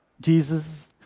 Jesus